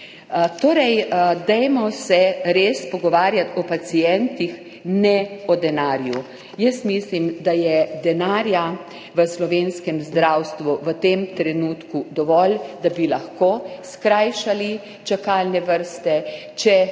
Torej, dajmo se res pogovarjati o pacientih, ne o denarju. Mislim, da je denarja v slovenskem zdravstvu v tem trenutku dovolj, da bi lahko skrajšali čakalne vrste. Če